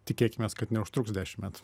tikėkimės kad neužtruks dešim metų